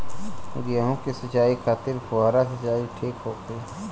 गेहूँ के सिंचाई खातिर फुहारा सिंचाई ठीक होखि?